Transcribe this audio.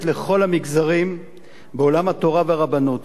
לכל המגזרים בעולם התורה והרבנות.